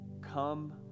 Come